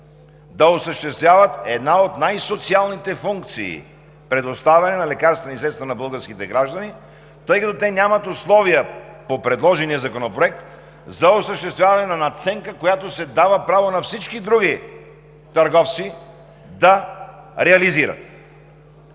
да осъществяват една от най-социалните функции – предоставяне на лекарствени средства на българските граждани, тъй като те нямат условия по предложения законопроект, за осъществяване на надценка, която се дава като право на всички други търговци да реализират.